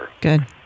Good